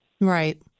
right